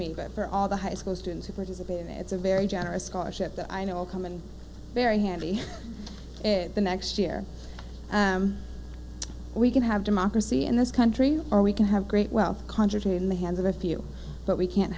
me but for all the high school students who participate it's a very generous scholarship that i know will come in very handy in the next year we can have democracy in this country or we can have great wealth conjured in the hands of a few but we can't